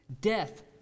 Death